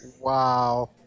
Wow